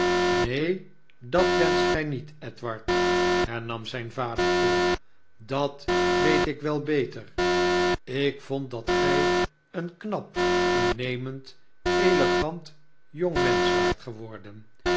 neen dat wenscht gij niet edward hernam zijn vader koel dat weet ik wel beter ik vond dat gij een knap mnemend elegant jong mensch waart geworden